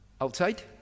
outside